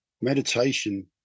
meditation